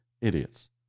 idiots